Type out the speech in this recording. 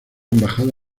embajada